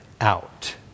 out